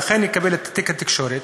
ואכן יקבל את תיק התקשורת,